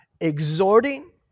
exhorting